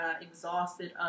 exhausted